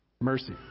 mercy